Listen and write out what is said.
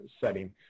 setting